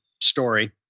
story